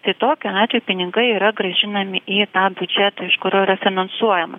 tai tokiu atveju pinigai yra grąžinami į tą biudžetą iš kurio yra finansuojama